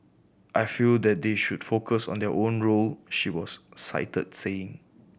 I feel that they should focus on their own role she was cited saying